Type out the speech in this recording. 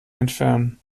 entfernen